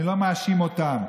אני לא מאשים אותם,